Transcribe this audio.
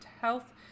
health